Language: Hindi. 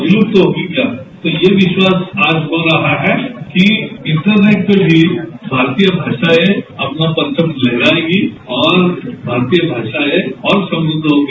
विलुप्त होगी क्या तो यह विश्वास आज हो रहा है कि इंटरनेट पर भी भारतीय भाषाएं अपना परचम लहराएंगी और भारतीय भाषाएं और समृद्ध होंगी